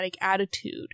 attitude